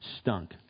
stunk